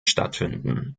stattfinden